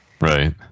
Right